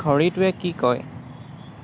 ঘড়ীটোৱে কি কয়